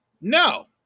no